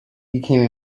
became